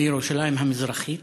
מירושלים המזרחית,